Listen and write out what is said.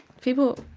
people